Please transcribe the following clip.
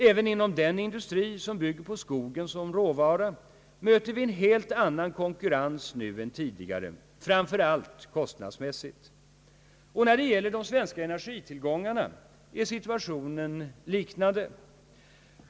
Även inom den industri som bygger på skogen som råvara möter vi en helt annan konkurrens nu än tidigare, framför allt kostnadsmässigt. När det gäller de svenska energitillgångarna är situationen liknande.